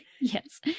yes